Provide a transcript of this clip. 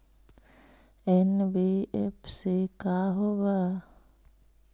NBFC का होब?